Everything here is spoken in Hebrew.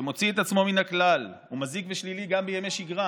שמוציא את עצמו מן הכלל ומזיק בשלילי גם בימי שגרה,